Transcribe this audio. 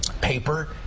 paper